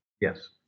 Yes